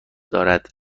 دارد